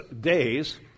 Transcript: days